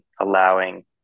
allowing